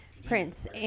Prince